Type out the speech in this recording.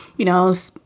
you know, so